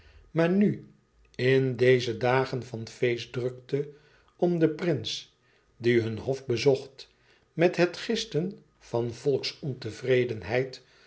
maar nu in deze dagen van feestdrukte om den prins die hun hof bezocht met het gisten van volks ontevredenheid